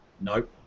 nope